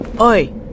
Oi